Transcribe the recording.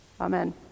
Amen